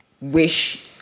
wish